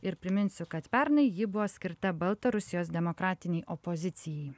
ir priminsiu kad pernai ji buvo skirta baltarusijos demokratinei opozicijai